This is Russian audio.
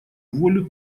волю